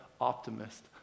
optimist